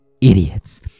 idiots